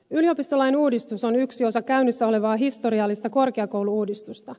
yliopistolain uudistus on yksi osa käynnissä olevaa historiallista korkeakoulu uudistusta